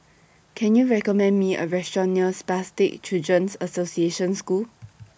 Can YOU recommend Me A Restaurant near Spastic Children's Association School